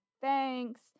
thanks